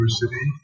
University